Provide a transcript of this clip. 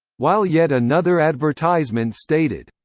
while yet another advertisement stated,